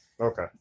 Okay